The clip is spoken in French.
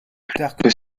plutarque